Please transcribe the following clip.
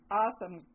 awesome